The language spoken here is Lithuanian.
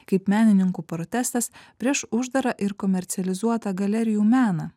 kaip menininkų protestas prieš uždarą ir komercializuotą galerijų meną